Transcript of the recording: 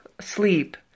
sleep